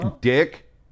dick